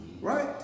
right